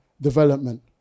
development